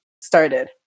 started